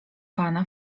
pana